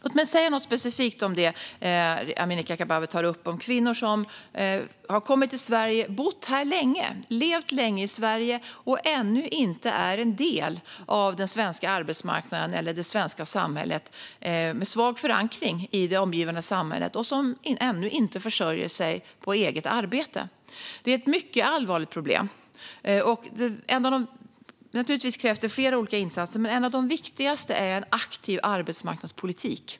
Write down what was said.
Låt mig säga något specifikt om det Amineh Kakabaveh tar upp om kvinnor som kommit till Sverige och bott här länge men ännu inte är en del av den svenska arbetsmarknaden eller det svenska samhället och som har svag förankring i det omgivande samhället och ännu inte försörjer sig på eget arbete. Det är ett mycket allvarligt problem. Givetvis krävs det flera olika insatser, men en av de viktigaste är en aktiv arbetsmarknadspolitik.